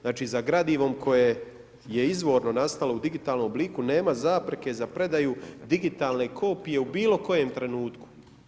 Znači za gradivo koje je izvorno nastalo u digitalnom obliku nema zapreke za predaju digitalne kopije u bilokojem trenutku.